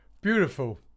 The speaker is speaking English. Beautiful